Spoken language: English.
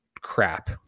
crap